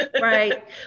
Right